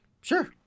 Sure